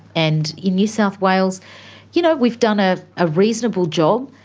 and in new south wales you know we've done a ah reasonable job.